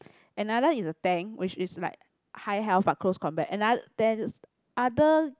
another is a tank which is like high health but close combat another there's other